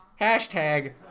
Hashtag